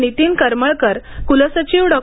नितीन करमळकर कुलसचिव डॉ